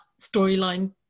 storyline